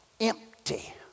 empty